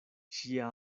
ŝia